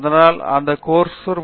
அதனால் இந்த கோர்ஸ் வைத்துள்ளோம்